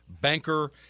Banker